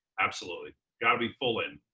absolutely, gotta be full in.